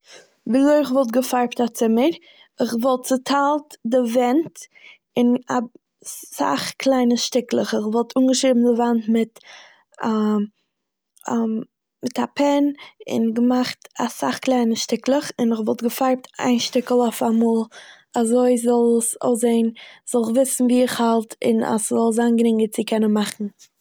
וויזוי איך וואלט געפארבט א צומער? איך וואלט צוטיילט די ווענט אין אסאך קליינע שטיקלעך מיט מיט א פען, און געמאכט אסאך קליינע שטיקלעך, און געפארבט איין שטיקל אויף א מאל, אזוי זאל עס- זאל איך וויסן וואו איך האלט און ס'זאל זיין גרינגער צו קענען מאכן.